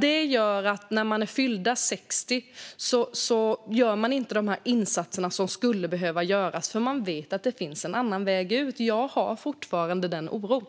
Det gör att för dem som är fyllda 60 gör man inte de insatser som skulle behöva göras, för man vet att det finns en annan väg ut. Jag har fortfarande den oron.